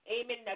Amen